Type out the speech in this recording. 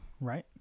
Right